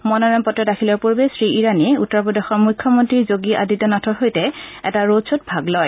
মনোনয়ন পত্ৰ দাখিলৰ পূৰ্বে শ্ৰীইৰাণীয়ে উত্তৰ প্ৰদেশৰ মুখ্যমন্তী যোগী আদিত্যনাথৰ সৈতে এটা ৰোড শ্বত ভাগ লয়